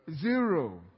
Zero